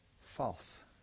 false